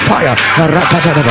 Fire